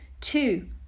Two